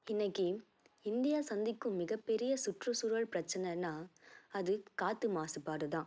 இன்னைக்கு இந்தியா சந்திக்கும் மிகப்பெரிய சுற்றுசூழல் பிரச்சனைன்னா அது காற்று மாசுபாடு தான்